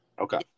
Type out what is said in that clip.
Okay